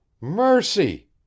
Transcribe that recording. Mercy